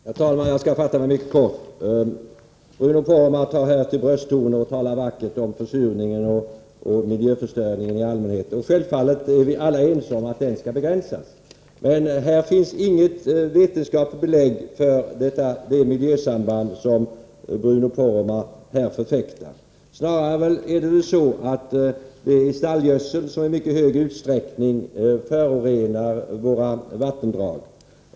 Herr talman! Jag skall fatta mig mycket kort. Bruno Poromaa tar här till brösttoner och talar vackert om försurningen och miljöförstöringen i allmänhet. Självfallet är vi alla ense om att dessa skall begränsas. Men det finns inget vetenskapligt belägg för det miljösamband som Bruno Poromaa förfäktar. Snarare är det väl så att det är stallgödseln som i mycket hög grad förorenar våra vattendrag.